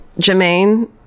Jermaine